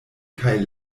kaj